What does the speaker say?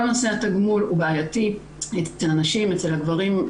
כל נושא התגמול הוא בעייתי אצל הנשים, אצל הגברים.